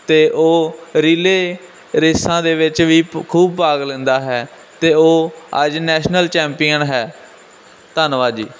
ਅਤੇ ਉਹ ਰਿਲੇਅ ਰੇਸਾਂ ਦੇ ਵਿੱਚ ਵੀ ਖੂਬ ਭਾਗ ਲੈਂਦਾ ਹੈ ਅਤੇ ਉਹ ਅੱਜ ਨੈਸ਼ਨਲ ਚੈਂਪੀਅਨ ਹੈ ਧੰਨਵਾਦ ਜੀ